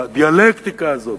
הדיאלקטיקה הזאת,